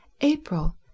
April